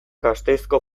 gasteizko